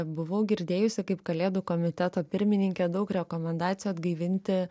buvau girdėjusi kaip kalėdų komiteto pirmininkė daug rekomendacijų atgaivinti